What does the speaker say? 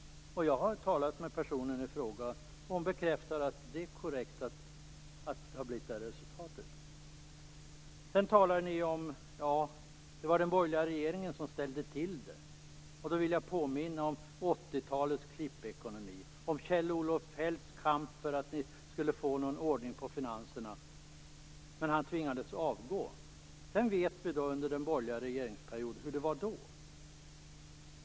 Jag har talat med personen i fråga. Hon bekräftar att det är korrekt, att detta är resultatet. Sedan säger statsrådet att det var den borgerliga regeringen som ställde till det. Då vill jag påminna om 80-talets klippekonomi, om Kjell-Olof Feldts kamp för att ni skulle få ordning på finanserna. Men han tvingades avgå. Vi vet hur det var under den borgerliga regeringsperioden.